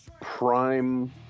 prime